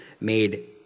made